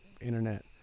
internet